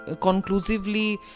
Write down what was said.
conclusively